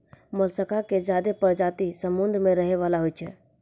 मोलसका के ज्यादे परजाती समुद्र में रहै वला होय छै